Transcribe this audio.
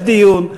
יש דיון,